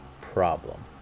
problem